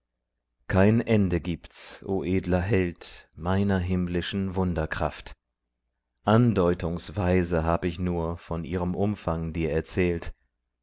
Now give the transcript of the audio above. kein ende gibt's o edler held meiner himmlischen wunderkraft andeutungsweise hab ich nur von ihrem umfang dir erzählt